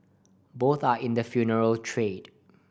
both are in the funeral trade